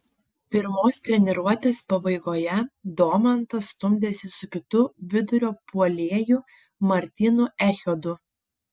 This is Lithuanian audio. pirmos treniruotės pabaigoje domantas stumdėsi su kitu vidurio puolėju martynu echodu